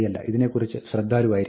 ഇതിനെക്കുറിച്ച് ശ്രദ്ധാലുവായിരിക്കുക